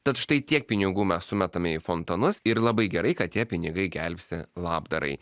tad štai tiek pinigų mes sumetame į fontanus ir labai gerai kad tie pinigai gelbsti labdarai